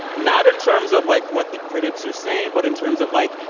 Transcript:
not in terms of, like, what the critics are saying but in terms of, like,